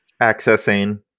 Accessing